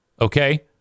Okay